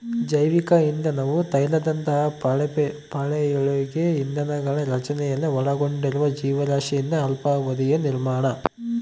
ಜೈವಿಕ ಇಂಧನವು ತೈಲದಂತಹ ಪಳೆಯುಳಿಕೆ ಇಂಧನಗಳ ರಚನೆಯಲ್ಲಿ ಒಳಗೊಂಡಿರುವ ಜೀವರಾಶಿಯಿಂದ ಅಲ್ಪಾವಧಿಯ ನಿರ್ಮಾಣ